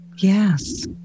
Yes